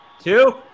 Two